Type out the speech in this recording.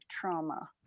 trauma